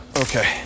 okay